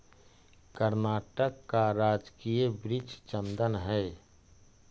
कर्नाटक का राजकीय वृक्ष चंदन हई